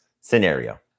scenario